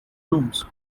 rooms